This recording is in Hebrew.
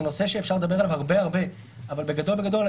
זה נושא שאפשר לדבר עליו הרבה הרבה - אבל בגדול בגדול,